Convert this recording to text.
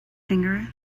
finger